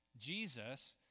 Jesus